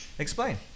Explain